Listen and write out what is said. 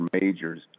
majors